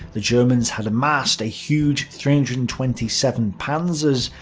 the germans had amassed a huge three hundred and twenty seven panzers,